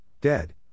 dead